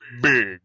Big